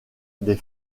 des